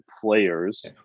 players